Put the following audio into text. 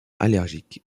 allergiques